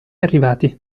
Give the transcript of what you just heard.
arrivati